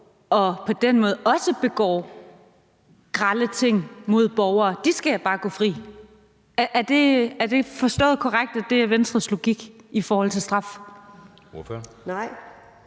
og på den måde også begår grelle ting mod borgere, bare skal gå fri? Er det forstået korrekt, at det er Venstres logik i forhold til straf?